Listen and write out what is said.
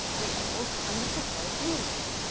the old and the proposed new one.